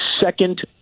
second